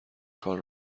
کار